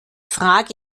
frage